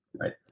Right